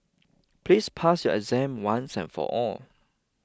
please pass your exam once and for all